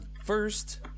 first